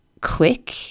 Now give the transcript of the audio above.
quick